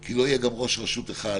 כי לא יהיה גם ראש רשות אחת